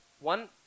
one